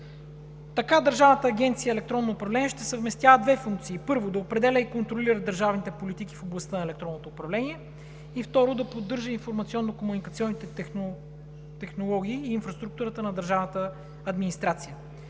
Така Държавна агенция „Електронно управление“ ще съвместява две функции: първо, да определя и контролира държавните политики в областта на електронното управление и, второ, да поддържа информационно-комуникационните технологии и инфраструктурата на държавната администрация.